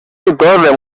autor